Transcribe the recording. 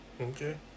Okay